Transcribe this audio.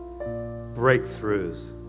breakthroughs